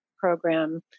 program